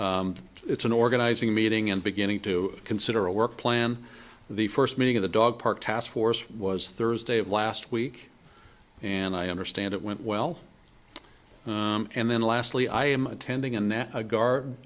it's an organizing meeting and beginning to consider a work plan the first meeting of the dog park task force was thursday of last week and i understand it went well and then lastly i am attending and a gar